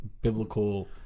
biblical